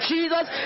Jesus